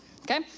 okay